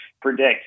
predict